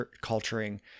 culturing